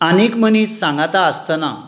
आनी मनीस सांगता आसताना